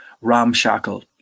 ramshackle